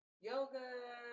yoga